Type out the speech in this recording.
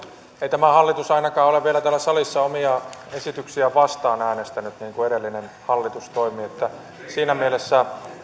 tämä hallitus ainakaan ole vielä täällä salissa omia esityksiään vastaan äänestänyt niin kuin edellinen hallitus toimi niin että siinä mielessä